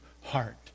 heart